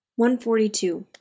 142